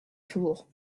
jours